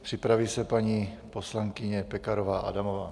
Připraví se paní poslankyně Pekarová Adamová.